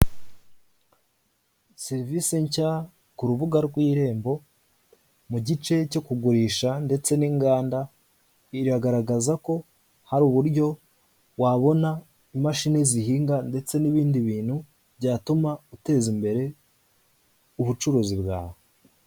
Serivise nshya ku rubuga rw'irembo mu gice cyo kugurisha ndetse n'inganda, iragaragaza ko hari uburyo wabona imashini zihinga ndetse n'ibindi bintu byatuma uteza imbere ubucuruzi bwawe.